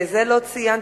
ואת זה לא ציינתי.